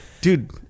dude